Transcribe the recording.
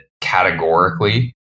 categorically